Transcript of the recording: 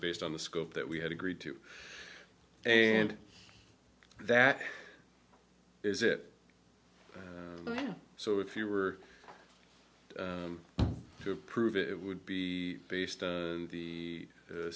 based on the scope that we had agreed to and that is it so if you were to approve it would be based on the